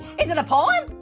is it a poem?